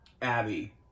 Abby